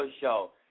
show